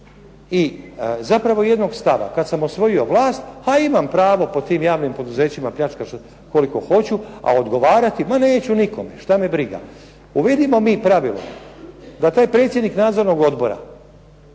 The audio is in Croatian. i zapravo jednog stava, kad sam osvojio vlast a imam pravo po tim javnim poduzećima pljačkati koliko hoću a odgovarati ma neću nikome, šta me briga. Uvedimo mi pravilo da taj predsjednik nadzornog odbora,